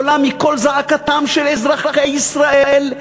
עולה מקול זעקתם של אזרחי ישראל,